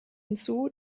hinzu